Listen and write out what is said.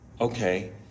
Okay